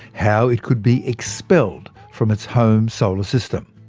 how it could be expelled from its home solar system.